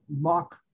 mock